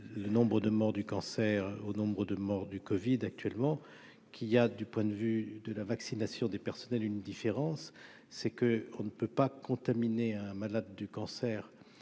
le nombre de morts du cancer au nombre de morts du Covid actuellement qu'il y a du point de vue de la vaccination des personnels une différence, c'est que on ne peut pas contaminé un malade du cancer,